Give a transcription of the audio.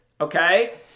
okay